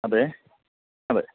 അതെ അതെ